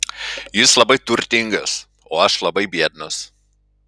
jis labai turtingas o aš labai biednas